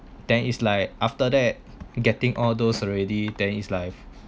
then is like after that getting all those already then is like